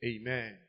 Amen